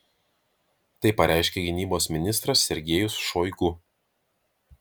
tai pareiškė gynybos ministras sergejus šoigu